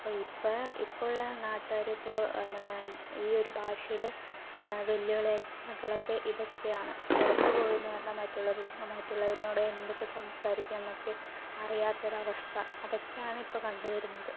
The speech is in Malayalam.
അപ്പോൾ ഇപ്പോഴ് ഇപ്പോഴുള്ള നാട്ടുകാര് ഇപ്പോൾ എന്താണ് ഈ ഒരു ഭാഷയില് വെല്ലുവിളികളൊക്കെ ഇതൊക്കെയാണ് പുറത്തു പോയെന്ന് പറഞ്ഞാൽ മറ്റുള്ളവര് മറ്റുള്ളവര്നോട് എന്തൊക്കെ സംസാരിക്കണംന്നൊക്കെ അറിയാത്തൊരവസ്ഥ അതൊക്കെയാണ് ഇപ്പോൾ കണ്ടുവരുന്നത്